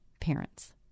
parents